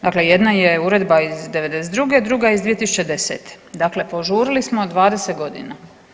Dakle, jedna je uredba iz '92., druga iz 2010. dakle požurili smo 20 godina.